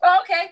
Okay